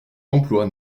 d’emploi